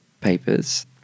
papers